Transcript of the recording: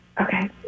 okay